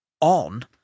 on